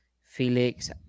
Felix